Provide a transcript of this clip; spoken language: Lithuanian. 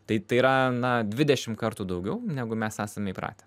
tai tai yra na dvidešim kartų daugiau negu mes esame įpratę